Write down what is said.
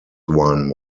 one